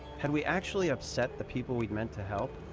had we actually upset the people we'd meant to help?